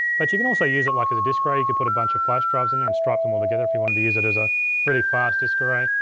but you can also use it like as a disk array. you could put a bunch of flash drives in there and strap them all together if you wanted to use it as a really fast disk array.